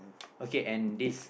okay and this